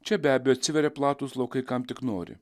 čia be abejo atsiveria platūs laukai kam tik nori